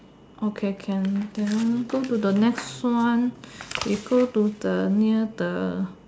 okay can can go to the next one we go to the near the